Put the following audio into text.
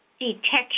detection